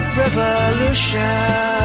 revolution